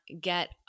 get